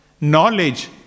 knowledge